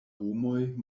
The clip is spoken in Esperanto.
homoj